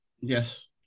Yes